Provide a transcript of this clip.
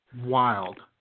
wild